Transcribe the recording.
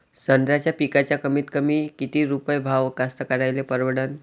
संत्र्याचा पिकाचा कमीतकमी किती रुपये भाव कास्तकाराइले परवडन?